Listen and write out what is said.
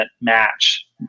match